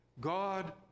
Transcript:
God